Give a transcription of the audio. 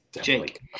Jake